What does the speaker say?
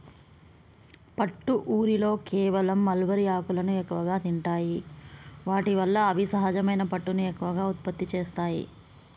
పట్టు ఊరిలో కేవలం మల్బరీ ఆకులను ఎక్కువగా తింటాయి వాటి వల్ల అవి సహజమైన పట్టుని ఎక్కువగా ఉత్పత్తి చేస్తాయి